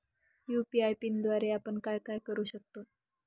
UPI पिनद्वारे आपण काय काय करु शकतो?